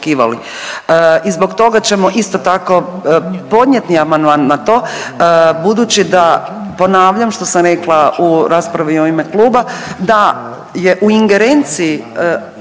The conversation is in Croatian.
I zbog toga ćemo isto tako podnijeti amandman na to budući da ponavljam što sam rekla u raspravi u ime kluba da je u ingerenciji